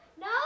no